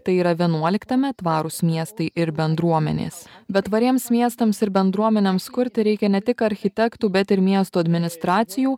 tai yra vienuoliktame tvarūs miestai ir bendruomenės bet tvariems miestams ir bendruomenėms kurti reikia ne tik architektų bet ir miestų administracijų